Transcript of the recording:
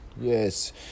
Yes